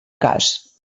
cas